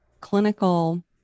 clinical